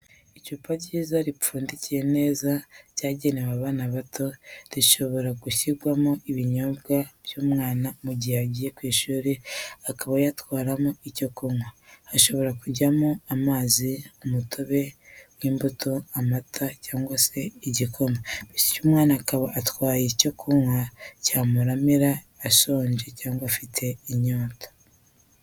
Icupa ryiza ripfundikiye neza, ryagenewe abana bato rishobora gushyirwamo ibinyobwa by'umwana mu gihe agiye ku ishuri akaba yatwaramo icyo kunywa, hashobora kujyamo amazi, umutobe w'imbuto, amata cyangwa se igikoma, bityo umwana akaba atwaye icyo kunywa cyamuramira ashonje cyangwa afite inyota.